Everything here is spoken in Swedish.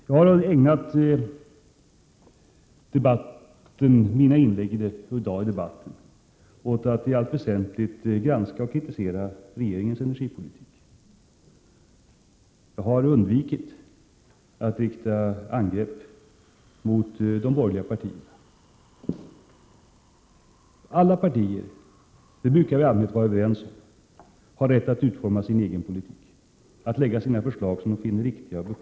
Jag har ägnat mina inlägg i dagens debatt åt att i allt väsentligt granska och kritisera regeringens energipolitik. Jag har undvikit att rikta angrepp mot de andra borgerliga partierna. Alla partier har rätt att uforma sin egen politik och lägga fram de förslag de finner riktiga och befogade.